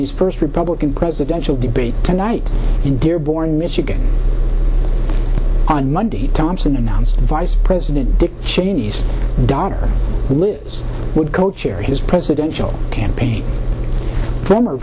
his first republican presidential debate tonight in dearborn michigan on monday thompson announced vice president dick cheney's daughter liz would co chair his presidential campaign